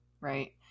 right